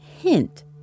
hint